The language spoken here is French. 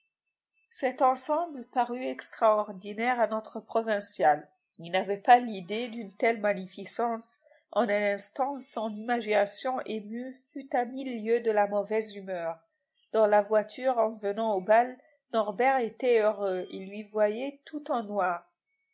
cet ensemble parut extraordinaire à notre provincial il n'avait pas l'idée d'une telle magnificence en un instant son imagination émue fut à mille lieues de la mauvaise humeur dans la voiture en venant au bal norbert était heureux et lui voyait tout en noir